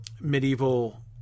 medieval